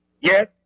Yes